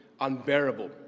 unbearable